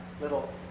little